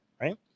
Right